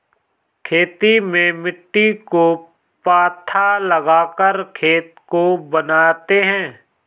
खेती में मिट्टी को पाथा लगाकर खेत को बनाते हैं?